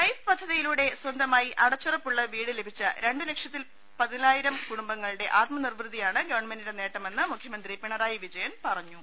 life പദ്ധതിയിലൂടെ സ്വന്തമായി അടച്ചൂറപ്പുള്ള വീട് ലഭിച്ച രണ്ടു ലക്ഷത്തി പതിനാലായിരം കുടുംബങ്ങളുടെ ആത്മനിർവൃതിയാണ് ഗവൺമെന്റിന്റെ നേട്ടമെന്ന് മുഖ്യമന്ത്രി പിണറായി വിജയൻ പറഞ്ഞു